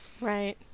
Right